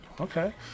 Okay